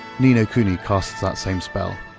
ni no kuni casts that same spell.